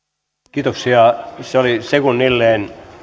kiitoksia se oli sekunnilleen